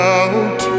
out